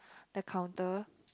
the counter